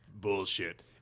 bullshit